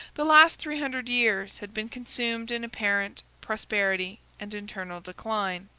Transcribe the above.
the last three hundred years had been consumed in apparent prosperity and internal decline.